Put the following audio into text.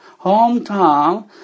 hometown